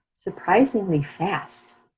surprisingly fast.